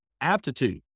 Aptitude